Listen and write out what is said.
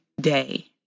day